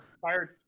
fired –